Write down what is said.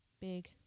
Big